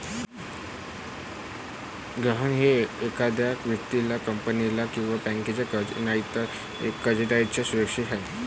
गहाण हे एखाद्या व्यक्तीला, कंपनीला किंवा बँकेचे कर्ज नाही, तर कर्जदाराची सुरक्षा आहे